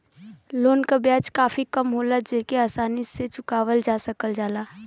loan क ब्याज काफी कम होला जेके आसानी से चुकावल जा सकल जाला